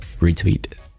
Retweet